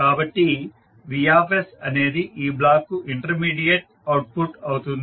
కాబట్టి V అనేది ఈ బ్లాక్ కు ఇంటర్మీడియట్ అవుట్పుట్ అవుతుంది